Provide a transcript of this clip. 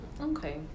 okay